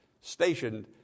stationed